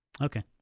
Okay